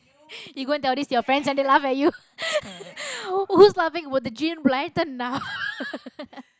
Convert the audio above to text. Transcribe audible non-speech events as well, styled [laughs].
[breath] you go and tell this to friends and they laugh at you [laughs] who's laughing